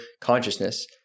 consciousness